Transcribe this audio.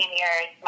years